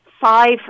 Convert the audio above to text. five